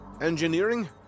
Engineering